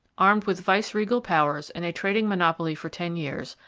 armed with viceregal powers and a trading monopoly for ten years,